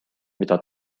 mida